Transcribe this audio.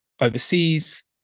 overseas